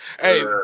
Hey